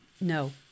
No